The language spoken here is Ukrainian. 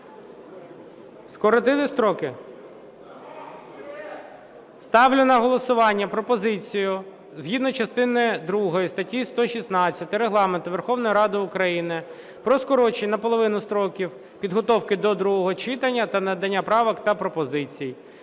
Скоротити строки? Ставлю на голосування пропозицію згідно частини другої статті 116 Регламенту Верховної Ради України про скорочення наполовину строків підготовки до другого читання та надання правок, та пропозицій.